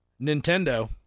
Nintendo